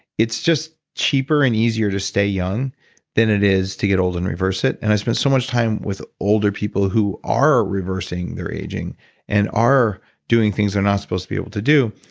it's just cheaper and easier to stay young than it is to get old and reverse it and i've spent so much time with older people who are reversing their aging and are doing things they're not supposed to be able to do.